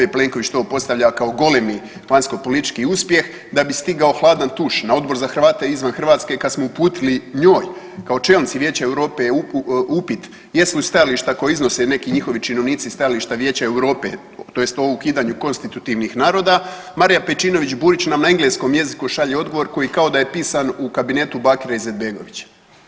Plenković to postavlja kao golemi vanjskopolitički uspjeh da bi stigao hladan tuš na Odbor za Hrvate izvan Hrvatske kad smo uputili njoj kao čelnici Vijeće Europe upit jesu li stajališta koja iznose neki njihovi činovnici stajališta Vijeće Europe tj. o ukidanju konstitutivnih naroda, Marija Pejčinović Burić nam na engleskom jeziku šalje odgovor koji kao da je pisan u kabinetu Bakira Izetbegovića.